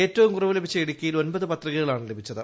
ഏറ്റവും കുറവ് ലഭിച്ച ഇടുക്കിയിൽ ഒൻപത് പത്രികകളാണ് ലഭിച്ചത്